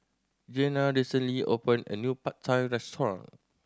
Jeanna recently opened a new Pad Thai Restaurant